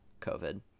COVID